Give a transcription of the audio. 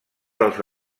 dels